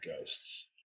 ghosts